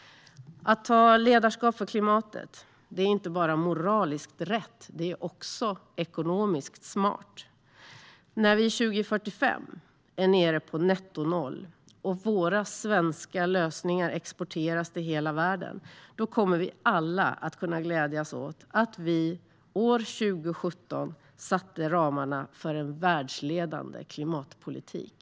Att ta ledarskap för klimatet är inte bara moraliskt rätt; det är också ekonomiskt smart. När vi 2045 är nere på netto noll och våra svenska lösningar exporteras till hela världen, då kommer vi alla att kunna glädjas åt att vi år 2017 satte ramarna för en världsledande klimatpolitik.